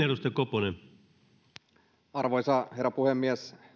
arvoisa herra puhemies